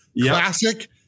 Classic